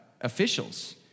officials